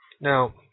Now